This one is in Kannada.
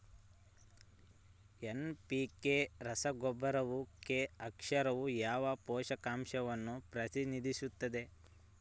ಎನ್.ಪಿ.ಕೆ ರಸಗೊಬ್ಬರದಲ್ಲಿ ಕೆ ಅಕ್ಷರವು ಯಾವ ಪೋಷಕಾಂಶವನ್ನು ಪ್ರತಿನಿಧಿಸುತ್ತದೆ?